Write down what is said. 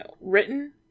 written